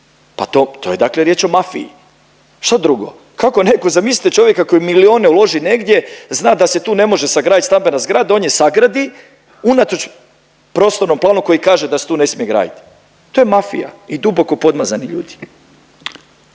to, to je dakle riječ o mafiji, što drugo, kako neko, zamislite čovjeka koji milijune uloži negdje, zna da se tu ne može sagradit stambena zgrada, on je sagradi unatoč prostornom planu koji kaže da se tu ne smije graditi, to je mafija i duboko podmazani ljudi.